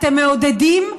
אתם מעודדים,